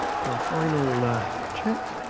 for our final check,